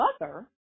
mother